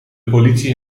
politie